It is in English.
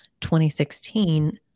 2016